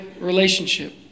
relationship